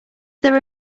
there